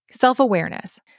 Self-awareness